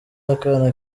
akana